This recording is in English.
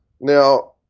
Now